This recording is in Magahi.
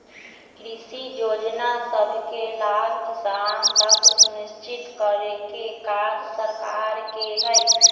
कृषि जोजना सभके लाभ किसान तक सुनिश्चित करेके काज सरकार के हइ